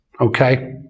Okay